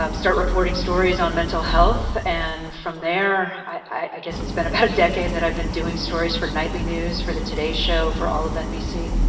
um start reporting stories on mental health. and from there, i guess it's been about a decade that i've been doing stories for nightly news, for the today show, for all of nbc.